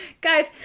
Guys